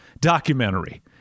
documentary